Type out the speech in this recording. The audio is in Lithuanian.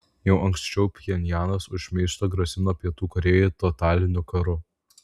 jau anksčiau pchenjanas už šmeižtą grasino pietų korėjai totaliniu karu